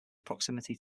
proximity